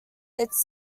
its